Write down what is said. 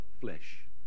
flesh